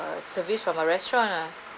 uh service from a restaurant ah